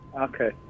Okay